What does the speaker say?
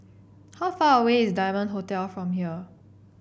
how far away is Diamond Hotel from here